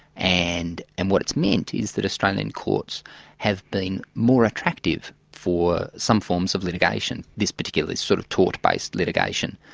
and and what it's meant is that australian courts have been more attractive for some forms of litigation, this particular sort of tort based litigation.